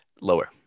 Lower